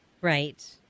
Right